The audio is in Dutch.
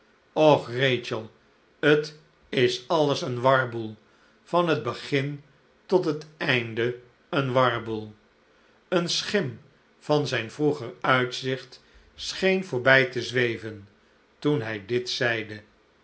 och rachel t is alles een warboel van het begin tot het einde een warboel eene schim van zijn vroeger uitzicht scheen voorbij te zweven toen hij dit zeide